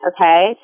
okay